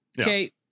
okay